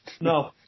No